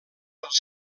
dels